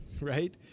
Right